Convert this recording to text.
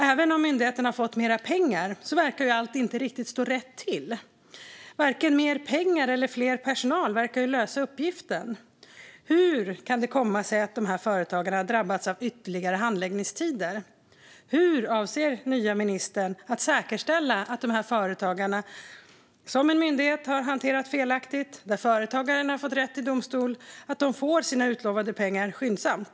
Även om myndigheten har fått mer pengar verkar allt inte stå riktigt rätt till. Varken mer pengar eller mer personal verkar lösa uppgiften. Hur kan det komma sig att dessa företagare drabbats av ytterligare handläggningstider? Dessa företagare har hanterats felaktigt av myndigheten, och de har fått rätt i domstol. Hur avser den nya ministern att säkerställa att de får sina utlovade pengar skyndsamt?